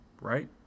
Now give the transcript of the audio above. right